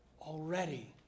already